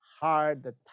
hard